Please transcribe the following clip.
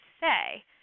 say